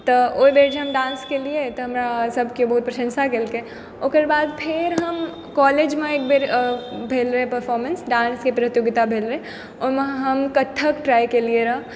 तऽ ओहि बेर जे हम डांस केलियै तऽ हमरा सब केओ बहुत प्रशंसा केलकै ओकर बाद फेर हम कॉलेज मे एकबेर भेल रहै परफॉर्मेंस डांस के प्रतियोगिता भेल रहै ओइशहिमे हम कत्थक ट्राय केलियै रहऽ